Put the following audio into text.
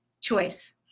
choice